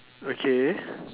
okay